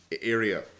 area